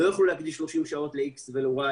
לא יוכלו להקדיש 30 שעות ל-X ול-Y.